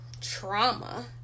trauma